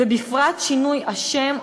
ובפרט שינוי השם,